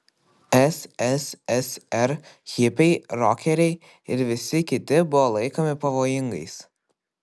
sssr hipiai rokeriai ir visi kiti buvo laikomi pavojingais